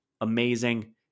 amazing